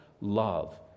love